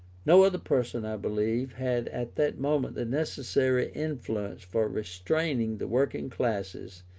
no other person, i believe, had at that moment the necessary influence for restraining the working classes,